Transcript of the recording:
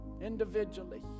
individually